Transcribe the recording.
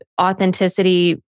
authenticity